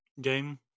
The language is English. game